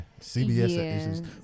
CBS